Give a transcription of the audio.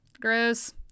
Gross